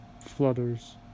flutters